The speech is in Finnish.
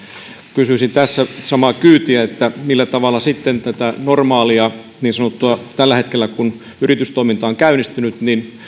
kysyisin tässä samaa kyytiä millä tavalla sitten tätä niin sanottua normaalia kun yritystoiminta on käynnistynyt